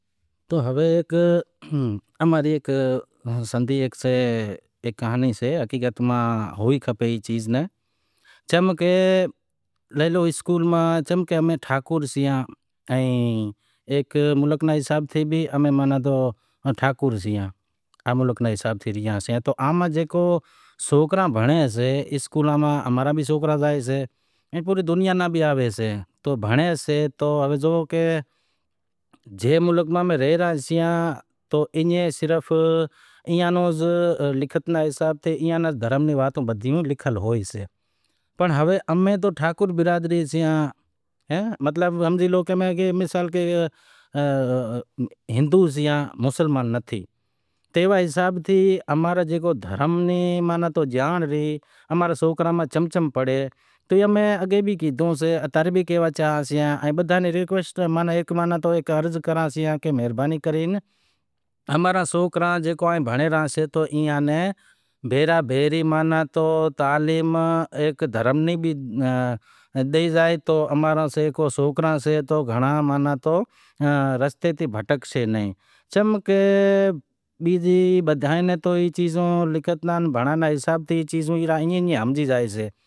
بھائی گوار جیکو بھی سئہ گرمی میں تھئیسے گوار ای سئہ کہ پہلے پانڑی دیگڑی میں پانڑی راکھشو وڑے ایئے ناں چنگی طرح سڑایو پسے سڑائیوے پسے ایئے ناں نئے سر اتارو وری امیں تیل ہنڑو وری گوار راکھے چنگی طرح ہلائے کھادھو۔ ای گرمی رو فصل سئے مطلب وری بھینڈیوں، بھینڈیوں ای شئے کی شروع میں پہری تیل پکو کرو، تیل پکو کری وڑے لانڑ رو داگ ہنڑو، داگ ہنڑے وڑے بھینڈیوں وڈھی راکھسو پسے انے تیار کرے پسے وڑے روٹلاں رو پروگرام کریوں، روٹلاں رو پروگرام ای سئہ کہ پہری پانڑی، میٹھ لونڑ ترن چیزیں ملایوں، ترن چیزیں ملائے پسے کلاڑی راکھے پسے روٹلا گھڑوا شی ٹھیک اے ناں، روٹلا گھڑاوے پسے وڑی ای امیں کھاتا۔ ای گرمیاں رو شے، سیاراں روں سے مٹر، مٹر ای سئے کہ مٹر پھولے شاگ وگیرا کروں جیکو ای شئے، انیں بیزو سئے سیمپلی، سیمپلی مطلب والور، ای بھی سیاراں رو ایٹم سی ایئے ناں جیووں بھینڈیوں رو شاگ کرے ایوا نمونے تے ایئاں رو شاگ کریوں زائیشے، ٹھیک اے، ایئں ناں علاوا بیزی وات ای سئے کہ سبزی جیکو سئے سیاراں ری سئے، متھی دہانڑا، پھودنو وگیرا متھے ہنڑے، شوں ایئے ماہ ذائقو تھاشئے۔